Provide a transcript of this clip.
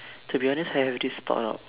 to be honest I have this thought out